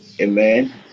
Amen